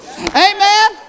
Amen